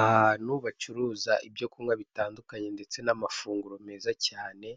Ahantu bacuruza ibyo kunywa bitandukanye ndetse n'amafunguro meza cyane,